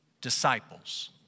disciples